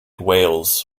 whales